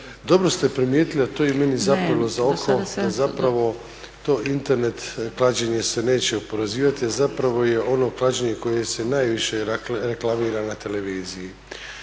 Dobro ste primijetili a to je i meni zapelo za oko to Internet klađenje se neće oporezivati a zapravo je ono klađenje koje se najviše reklamira na televiziji.